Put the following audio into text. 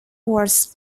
wars